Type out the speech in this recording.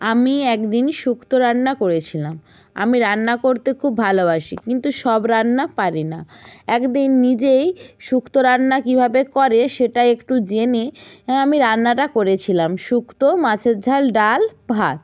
আমি একদিন শুক্তো রান্না করেছিলাম আমি রান্না করতে খুব ভালোবাসি কিন্তু সব রান্না পারি না একদিন নিজেই শুক্তো রান্না কীভাবে করে সেটা একটু জেনে হ্যাঁ আমি রান্নাটা করেছিলাম শুক্তো মাছের ঝাল ডাল ভাত